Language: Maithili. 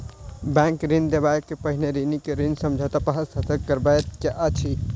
बैंक ऋण देबअ के पहिने ऋणी के ऋण समझौता पर हस्ताक्षर करबैत अछि